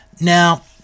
Now